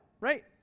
right